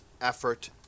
effort